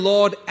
Lord